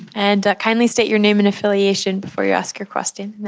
and kindly state your name and affiliation before you ask your question.